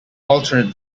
alternate